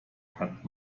hat